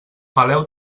peleu